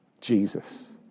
Jesus